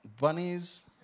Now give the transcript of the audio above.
bunnies